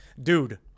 Dude